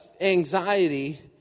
anxiety